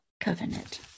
covenant